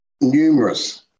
numerous